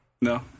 No